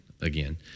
again